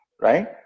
Right